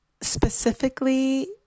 specifically